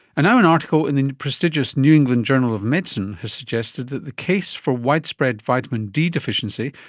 and now an article in the prestigious new england journal of medicine has suggested that the case for widespread vitamin d deficiency,